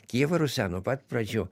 kijevo rusia nuo pat pradžių